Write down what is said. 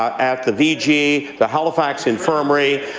at the vga, the halifax infirmary,